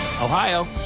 Ohio